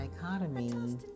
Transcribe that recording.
dichotomy